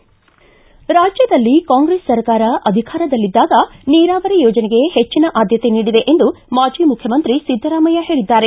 ರಾಜ್ವದಲ್ಲಿ ಕಾಂಗ್ರೆಸ್ ಸರ್ಕಾರ ಅಧಿಕಾರದಲ್ಲಿದ್ದಾಗ ನೀರಾವರಿ ಯೋಜನೆಗೆ ಹೆಚ್ಚನ ಆದ್ದತೆ ನೀಡಿದೆ ಎಂದು ಮಾಜಿ ಮುಖ್ಯಮಂತ್ರಿ ಸಿದ್ದರಾಮಯ್ಯ ಹೇಳಿದ್ದಾರೆ